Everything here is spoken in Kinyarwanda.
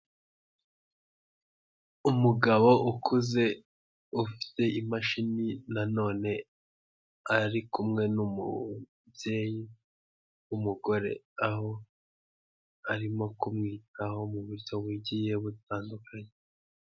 Umugabo ukuze, ufite imashini nanone ari kumwe n'umubyeyi w'umugore, aho arimo kumwitaho mu buryo bugiye butandukanye.